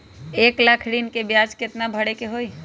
एक लाख ऋन के ब्याज केतना भरे के होई?